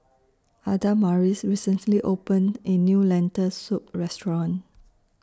Adamaris recently opened in New Lentil Soup Restaurant